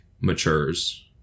matures